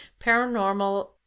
Paranormal